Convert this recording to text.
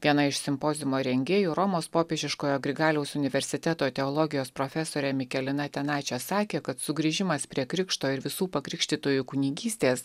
viena iš simpoziumo rengėjų romos popiežiškojo grigaliaus universiteto teologijos profesorė mikelina tenaiče sakė kad sugrįžimas prie krikšto ir visų pakrikštytųjų kunigystės